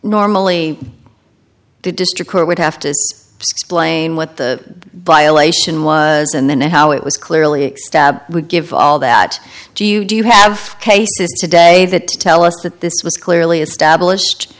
normally the district court would have to blame what the violation was and then how it was clearly extend would give all that do you do you have cases today that tell us that this was clearly established